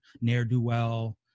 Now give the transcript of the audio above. ne'er-do-well